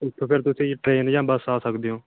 ਉੱਥੋਂ ਫਿਰ ਤੁਸੀਂ ਟਰੇਨ ਜਾਂ ਬੱਸ ਆ ਸਕਦੇ ਹੋ